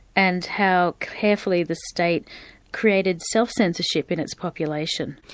and how carefully the state created self censorship in its population.